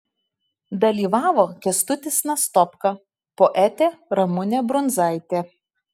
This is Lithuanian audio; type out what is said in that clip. dalyvavo kęstutis nastopka poetė ramunė brundzaitė